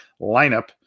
lineup